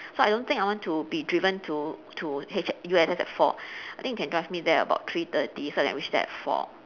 so I don't think I want to be driven to to H U_S_S at four I think you can drive me there about three thirty so I can reach there at four